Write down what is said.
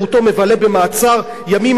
והוא מבלה במעצר ימים על ימים,